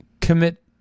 commit